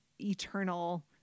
eternal